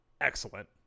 excellent